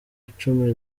icumi